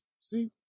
see